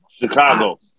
Chicago